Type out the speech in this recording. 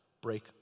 Break